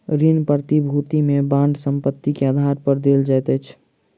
ऋण प्रतिभूति में बांड संपत्ति के आधार पर देल जाइत अछि